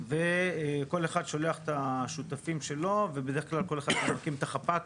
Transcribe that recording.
וכל אחד שולח את השותפים שלו ובד"כ כל אחד מקים את החפ"ק